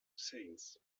husseins